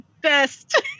best